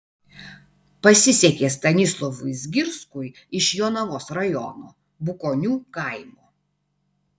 pasisekė stanislovui zgirskui iš jonavos rajono bukonių kaimo